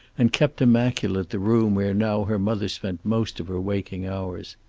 and kept immaculate the room where now her mother spent most of her waking hours.